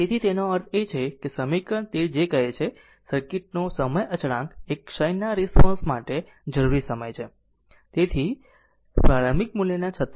તેથી તેનો અર્થ એ છે કે સમીકરણ 13 કે જે કહે છે કે સર્કિટ નો સમય અચળાંક એ ક્ષયના રિસ્પોન્સ માટે જરૂરી સમય છે તેના પ્રારંભિક મૂલ્યના 36